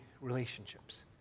relationships